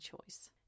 choice